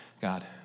God